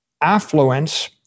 affluence